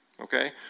okay